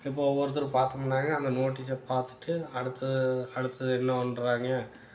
இப்போ ஒருத்தர் பார்த்தம்னாங்க அந்த நோட்டீஸை பார்த்துட்டு அடுத்து அடுத்து இன்னும் பண்ணுறாங்க